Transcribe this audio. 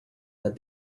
that